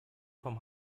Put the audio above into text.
vom